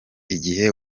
igihe